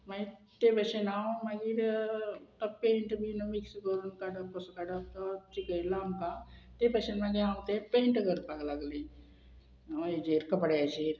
मागीर ते भशेन हांव मागीर तो पेंट बीन मिक्स करून काडप कसो काडप तो शिकयलो आमकां ते भशेन मागीर हांव ते पेंट करपाक लागली हेजेर कपड्याचेर